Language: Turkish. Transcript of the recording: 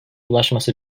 ulaşması